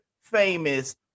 famous